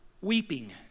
weeping